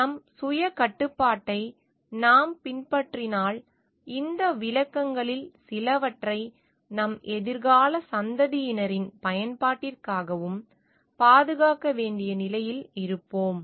நம் சுயக்கட்டுப்பாட்டை நாம் பின்பற்றினால் இந்த வளங்களில் சிலவற்றை நம் எதிர்கால சந்ததியினரின் பயன்பாட்டிற்காகவும் பாதுகாக்க வேண்டிய நிலையில் இருப்போம்